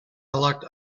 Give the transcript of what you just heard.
locked